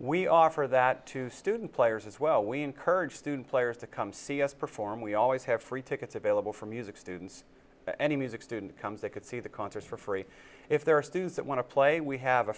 we offer that to student players as well we encourage students players to come see us perform we always have free tickets available for music students any music student comes they could see the concerts for free if there are students that want to play we have a